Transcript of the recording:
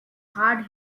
hard